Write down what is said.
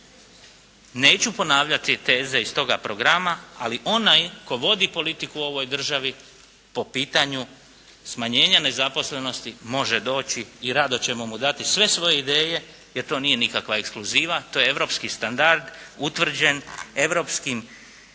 Neću ponavljati teze iz toga programa, ali onaj tko vodi politiku u ovoj državi po pitanju smanjenja nezaposlenosti može doći i rado ćemo mu dati sve svoje ideje jer to nije nikakva ekskluziva, to je europski standard utvrđen europskim